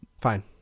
Fine